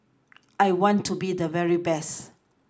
I want to be the very best